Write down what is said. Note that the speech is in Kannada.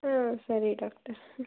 ಹಾಂ ಸರಿ ಡಾಕ್ಟರ್